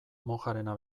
mojarena